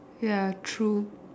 ya true